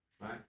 Right